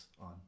on